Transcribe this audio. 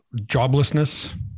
Joblessness